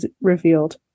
revealed